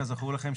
כזכור לכם,